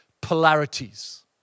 polarities